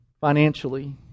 financially